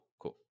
cool